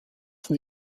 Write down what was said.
für